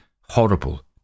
horrible